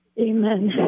Amen